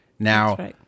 Now